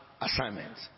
assignments